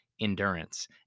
endurance